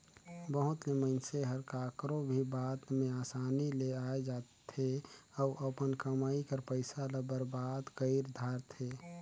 बहुत ले मइनसे हर काकरो भी बात में असानी ले आए जाथे अउ अपन कमई कर पइसा ल बरबाद कइर धारथे